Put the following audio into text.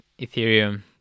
Ethereum